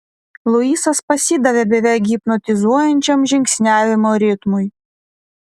luisas pasidavė beveik hipnotizuojančiam žingsniavimo ritmui